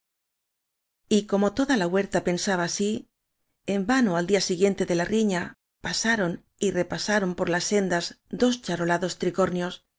como toda la huerta pensaba así en vano al día siguiente de la riña pasaron y repasaron por las sendas dos charolados